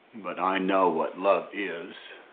but i know what love is.